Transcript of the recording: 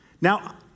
Now